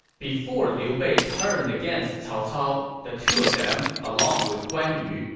before liu bei turned against cao cao, the two of them, along with guan yu,